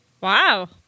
Wow